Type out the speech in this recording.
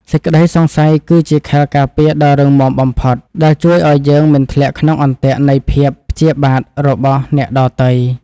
សេចក្តីសង្ស័យគឺជាខែលការពារដ៏រឹងមាំបំផុតដែលជួយឱ្យយើងមិនធ្លាក់ក្នុងអន្ទាក់នៃភាពព្យាបាទរបស់អ្នកដទៃ។